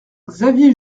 xavier